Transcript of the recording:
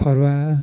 फरुवा